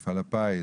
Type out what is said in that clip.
מפעל הפיס,